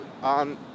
on